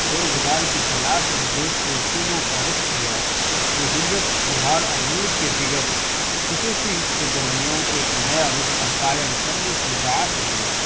روزگار کی تلاش میں دوسرے صوبوں کا رخ کیا یہ ہجرت بہار اور ملک کے دیگر خصوصی کے درمیان ایک نیا رشتہ قائم کرنے کی باعث بنی